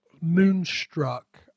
Moonstruck